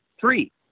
Three